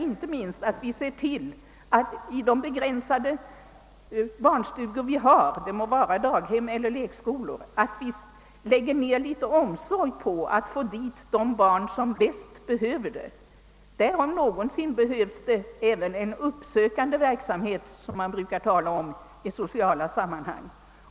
Inte minst bör vi se till med det begränsade antal barnstugor vi har — det må vara daghem eller lekskolor — att det läggs ned omsorg på att få dit de barn som bäst behöver detta. Här om någonsin är det nödvändigt med en uppsökande verksamhet, som man brukar tala om i sociala sammanhang.